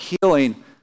healing